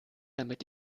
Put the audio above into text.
damit